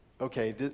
okay